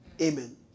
Amen